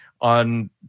on